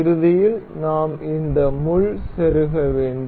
இறுதியில் நாம் இந்த முள் செருக வேண்டும்